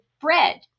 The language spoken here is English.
bread